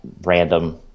random